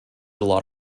lot